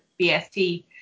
bst